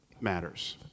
matters